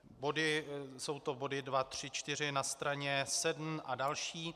Jsou to body 2, 3, 4 na straně 7 a další.